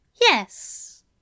yes